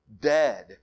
dead